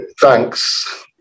Thanks